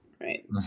right